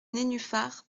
nénuphars